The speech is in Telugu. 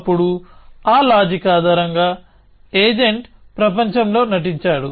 అప్పుడు ఆ లాజిక్ ఆధారంగా ఏజెంట్ ప్రపంచంలో నటించాడు